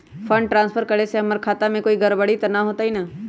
Fund transfer करे से हमर खाता में कोई गड़बड़ी त न होई न?